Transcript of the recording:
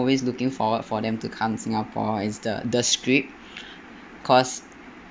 always looking forward for them to come to singapore is the the script cause